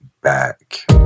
back